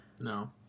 no